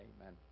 Amen